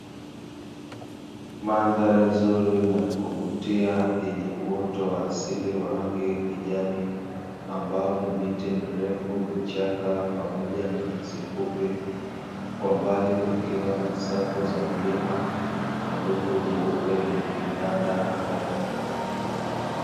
Mandhari nzuri na ya kuvutia, yenye uoto wa asili wa rangi ya kijani ambao ni miti mirefu, vichaka pamoja na nyasi fupi. Kwa mbali kukiwa na safu za milima na wingu jeupe lililotanda angani.